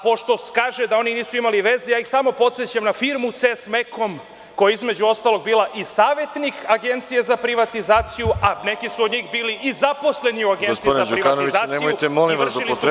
Pošto kaže da oni nisu imali veze, ja ih samo podsećam na firmu „Ces Mekon“, koja je između ostalog bila i savetnik Agencije za privatizaciju, a neki su od njih bili i zaposleni u Agenciji za privatizaciju i vršili